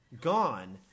gone